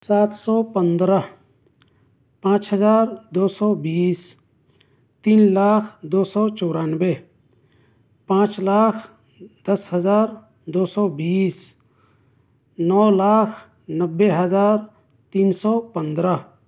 سات سو پندرہ پانچ ہزار دو سو بیس تین لاکھ دو سو چورانوے پانچ لاکھ دس ہزار دو سو بیس نو لاکھ نبھے ہزار تین سو پندرہ